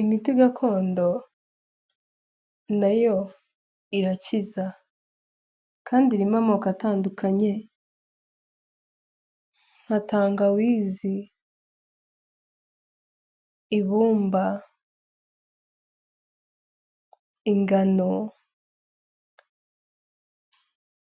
Imiti gakondo na yo irakiza, kandi irimo amoko atandukanye, nka tangawizi, ibumba, ingano,